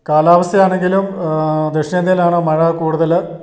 കാലാവസ്ഥയാണെങ്കിലും ദക്ഷിണേന്ത്യയിലാണ് മഴ കൂടുതൽ